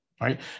right